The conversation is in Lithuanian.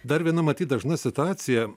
dar viena matyt dažna situacija